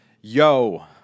Yo